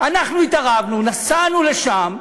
אנחנו התערבנו, נסענו לשם,